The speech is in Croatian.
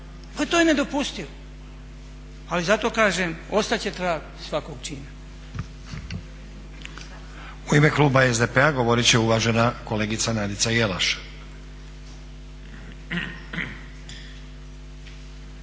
Pa to je nedopustivo! Ali zato kažem ostat će trag svakog čina. **Stazić, Nenad (SDP)** U ime kluba SDP-a govorit će uvažena kolegica Nadica Jelaš.